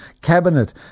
cabinet